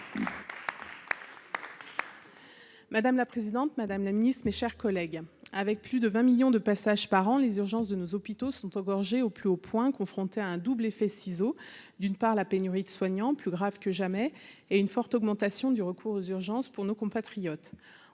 Madame la présidente, Madame la Ministre, mes chers collègues, avec plus de 20 millions de passages par an, les urgences de nos hôpitaux sont engorgés au plus haut point, confronté à un double effet ciseaux : d'une part, la pénurie de soignants plus grave que jamais et une forte augmentation du recours aux urgences pour nos compatriotes